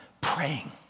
praying